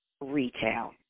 retail